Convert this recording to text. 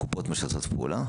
הקופות משתפות פעולה?